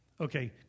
Okay